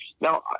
Now